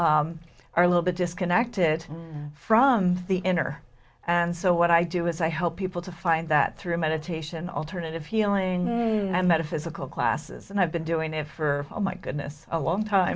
are a little bit disconnected from the inner and so what i do is i help people to find that through meditation alternative healing and i metaphysical classes and i've been doing it for oh my goodness a long time